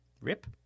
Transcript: Rip